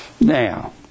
now